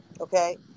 Okay